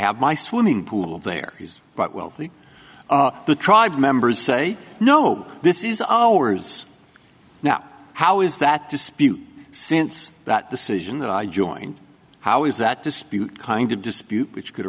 have my swimming pool there he's quite wealthy the tribe members say no this is ours now how is that dispute since that decision that i joined how is that dispute kind of dispute which could